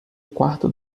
quarto